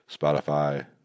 Spotify